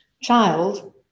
child